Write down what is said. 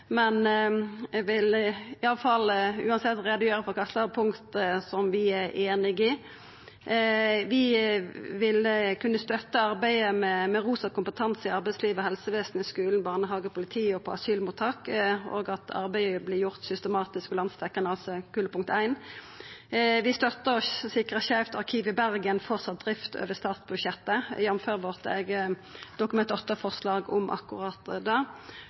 uansett gjera greie for kva punkt vi er einige i. Vi vil kunna støtta punktet om å styrkja arbeidet med Rosa kompetanse i arbeidsliv, helsevesenet, skulen, barnehagane, politiet og på asylmottak, og at arbeidet vert gjort systematisk og landsdekkjande, altså det første strekpunktet. Vi støttar punktet om å sikra Skeivt arkiv vidare drift over statsbudsjettet, jf. vårt eige Dokument 8-forslag om akkurat